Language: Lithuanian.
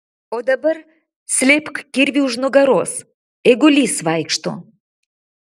o dabar slėpk kirvį už nugaros eigulys vaikšto